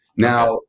Now